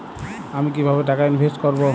আমি কিভাবে টাকা ইনভেস্ট করব?